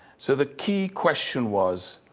so the key question was,